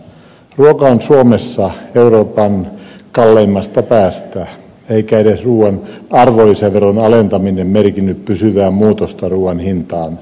ruoka on suomessa euroopan kalleimmasta päästä eikä edes ruuan arvonlisäveron alentaminen merkinnyt pysyvää muutosta ruuan hintaan